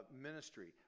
ministry